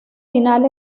final